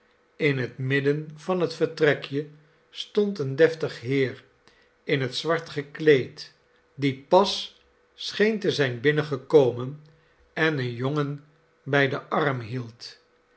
in het midden van het vertrekje stond een deftig heer in het zwart gekleed die pas scheen te zijn binnengekomen en een jongen bij den arm hield